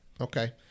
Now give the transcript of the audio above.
Okay